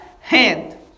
hand